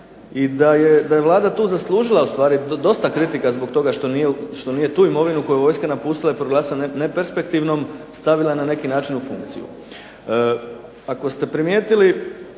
I da je Vlada zaslužila dosta kritika zbog toga što nije tu imovinu koju je vojska napustila i proglasila neperspektivnom stavila na neki način u funkciju. Ako ste primijetili